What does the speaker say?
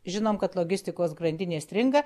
žinom kad logistikos grandinės stringa